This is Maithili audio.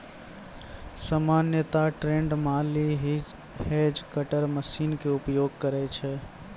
सामान्यतया ट्रेंड माली हीं हेज कटर मशीन के उपयोग करै छै